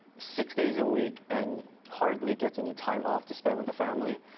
six days a week and hardly gets any time off to spend with the family.